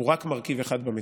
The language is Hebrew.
הוא רק מרכיב אחד במציאות.